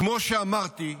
כמו שאמרתי,